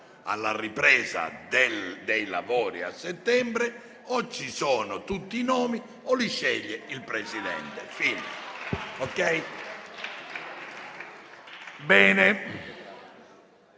alla ripresa dei lavori, a settembre, è dire: o ci sono tutti i nomi, o li sceglie il Presidente.